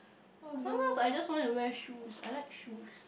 but sometimes I just want to wear shoes I like shoes